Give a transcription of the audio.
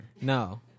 No